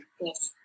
Yes